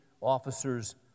officers